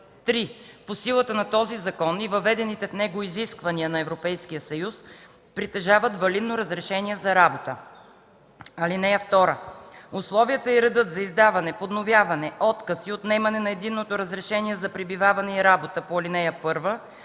3. по силата на този закон и въведените в него изисквания на Европейския съюз притежават валидно разрешение за работа. (2) Условията и редът за издаване, подновяване, отказ и отнемане на Единното разрешение за пребиваване и работа по ал. 1